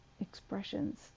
expressions